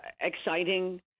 exciting